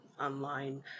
online